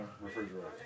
refrigerator